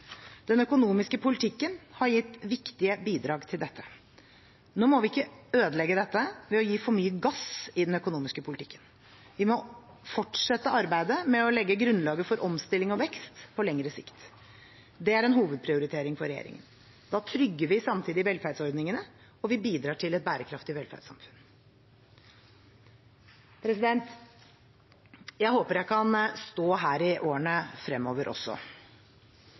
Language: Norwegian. Den økonomiske politikken har gitt viktige bidrag til dette. Nå må vi ikke ødelegge dette ved å gi for mye gass i den økonomiske politikken. Vi må fortsette arbeidet med å legge grunnlaget for omstilling og vekst på lengre sikt. Det er en hovedprioritering for regjeringen. Da trygger vi samtidig velferdsordningene, og vi bidrar til et bærekraftig velferdssamfunn. Jeg håper jeg kan stå her i årene fremover også